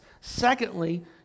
Secondly